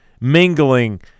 mingling